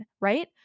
right